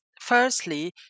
Firstly